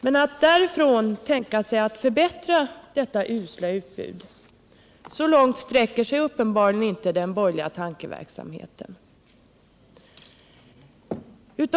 Men så långt sträcker sig uppenbarligen inte = Barns tillträde till den borgerliga tankeverksamheten att man också vill förbättra detta usla — biografföreställutbud.